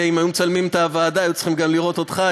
אם היו מצלמים את הוועדה היו צריכים גם לראות אותך,